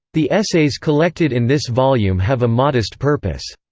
the essays collected in this volume have a modest purpose.